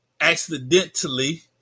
accidentally